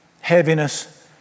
heaviness